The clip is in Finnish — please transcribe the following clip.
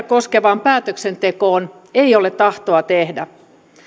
koskevaan päätöksentekoon ei ole tahtoa tehdä